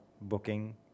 booking